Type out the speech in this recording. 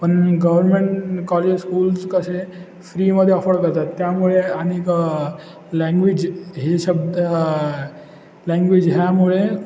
पण government colleges schools कसे फ्रीमध्ये अफोर्ड करतात त्यामुळे आणिक लँग्वेज हे शब् लँग्वेज ह्यामुळे